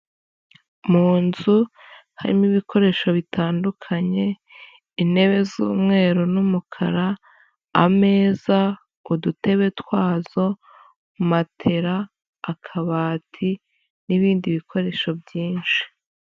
Mu nzu harimo ibikoresho bitandukanye, intebe z'umweru n'umukara, ameza, udutebe twazo, matera, akabati n'ibindi bikoresho byinshi.